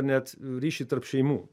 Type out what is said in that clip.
net ryšį tarp šeimų